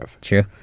True